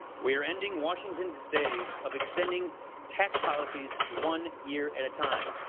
we are ending washington's days of extending tax policies one year at a time.